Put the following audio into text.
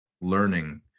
learning